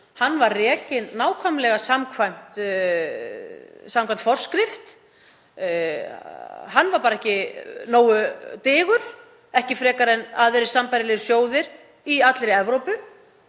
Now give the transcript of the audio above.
Hann var rekinn nákvæmlega samkvæmt forskrift. Hann var bara ekki nógu digur, ekki frekar en aðrir sambærilegir sjóðir í allri Evrópu,